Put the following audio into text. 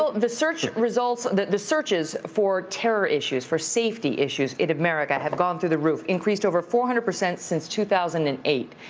ah the search results the the searches for terror issues, for safety issues in america have gone through the roof, increased over four hundred percent since two thousand and eight.